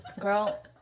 Girl